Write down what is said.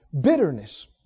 bitterness